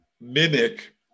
mimic